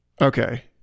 Okay